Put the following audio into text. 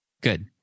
Good